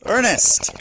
Ernest